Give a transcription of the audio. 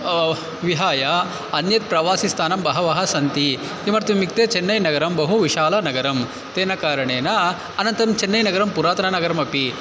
विहाय अन्यत् प्रवासिस्थानं बहवः सन्ति किमर्थम् इत्युक्ते चेन्नैनगरं बहु विशालनगरं तेन कारणेन अनन्तरं चेन्नैनगरं पुरातननगरमपि